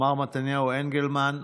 מר מתניהו אנגלמן,